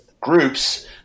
groups